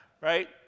right